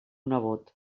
nebot